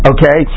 Okay